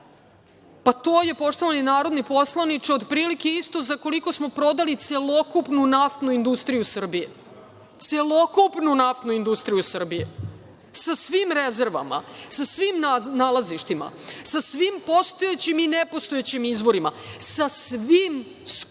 To je, poštovani narodni poslaniče, otprilike isto za koliko smo prodali celokupnu naftnu industriju Srbije, celokupnu naftnu industriju Srbije sa svim rezervama, sa svim nalazištima, sa svim postojećim i nepostojećim izvorima, sa svim skupa